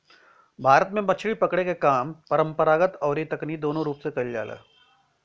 भारत में मछरी पकड़े के काम परंपरागत अउरी तकनीकी दूनो रूप से कईल जाला